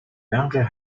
байнгын